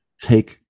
take